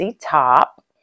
Top